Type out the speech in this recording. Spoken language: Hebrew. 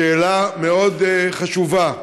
בשאלה מאוד חשובה,